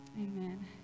Amen